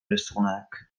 rysunek